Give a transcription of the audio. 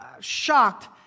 shocked